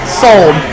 sold